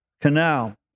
canal